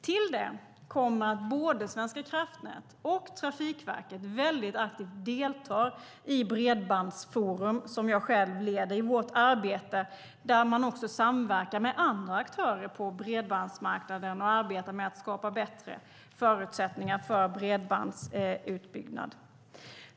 Till det kommer att både Svenska kraftnät och Trafikverket väldigt aktivt deltar i vårt arbete i Bredbandsforum, som jag själv leder. Där samverkar man också med andra aktörer på bredbandsmarknaden och arbetar med att skapa bättre förutsättningar för bredbandsutbyggnad.